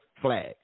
flag